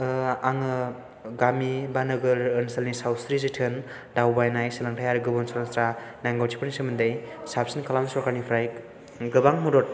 आङो गामि एबा नोगोर ओनसोलनि सावस्रि जोथोन दावबायनाय सोलोंथाय आरो गुबुन सरासनस्रा रोंगौथिफोरनि सोमोन्दै साबसिन खालामनो सरखारनिफ्राय गोबां मदद